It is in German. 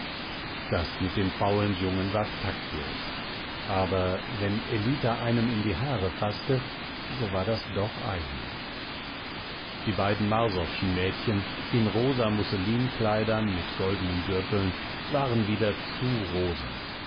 das mit dem faulen jungen war taktlos aber wenn ellita einem in die haare faßte so war das doch eigen die beiden marsowschen mädchen in rosa musselinkleidern mit goldenen gürteln waren wieder zu rosa